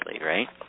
right